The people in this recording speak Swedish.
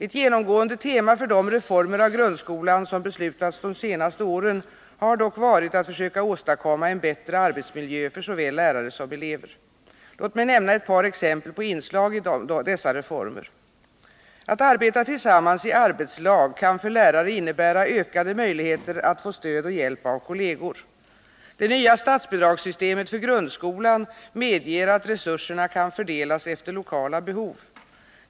Ett genomgående tema för de reformer av grundskolan som beslutats de senaste åren har dock varit att försöka åstadkomma en bättre arbetsmiljö för såväl lärare söm elever. Låt mig nämna ett par exempel på inslag i dessa reformer: Att arbeta tillsammans i arbetslag kan för lärare innebära ökade möjligheter att få stöd och hjälp av kolleger. Det nya statsbidragssystemet för grundskolan medger att resurserna kan fördelas efter lokala behov.